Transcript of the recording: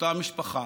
לאותה משפחה,